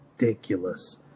ridiculous